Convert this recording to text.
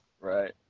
Right